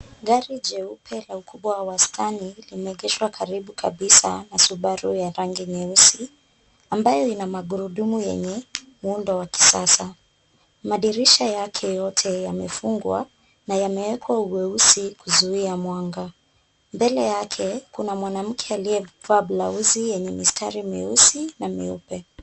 Gari jeupe la ukubwa wa wastani limeegeshwa karibu kabisa na Subaru ya rangi nyeusi ambayo ina magurudumu yenye muundo wa kisasa. Madirisha yake yote yamefungwa na yamewekwa ueusi kuzuia mwanga. Mbele yake kuna mwanamke aliyevaa blausi yenye mistari myeusi na myeupe.